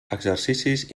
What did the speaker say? exercicis